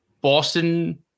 Boston